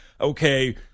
okay